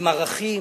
עם ערכים,